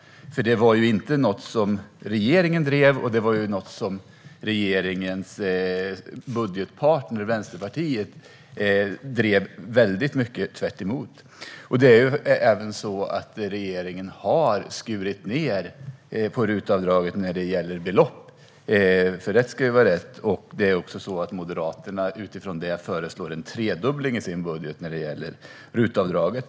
Denna fråga drevs inte av regeringen, och regeringens budgetpartner Vänsterpartiet drev en linje som var helt tvärtemot. Regeringen har skurit ned på beloppet i RUT-avdraget. Rätt ska vara rätt. Därför föreslår Moderaterna en tredubbling i budgeten för RUT-avdraget.